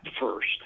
first